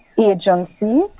agency